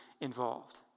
involved